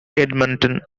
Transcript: edmonton